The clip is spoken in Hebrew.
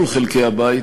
כל חלקי הבית,